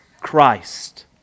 Christ